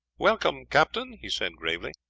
welcome, captain, he said gravely.